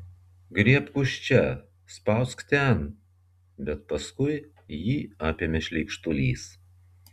griebk už čia spausk ten bet paskui jį apėmė šleikštulys